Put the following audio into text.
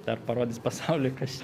dar parodys pasauliui kas čia